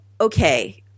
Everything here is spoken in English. okay